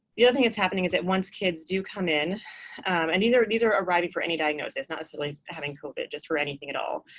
the other thing that's happening is that once kids do come in and these are these are arriving for any diagnosis, not necessarily having covid, just for anything at all.